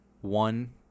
one